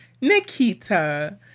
Nikita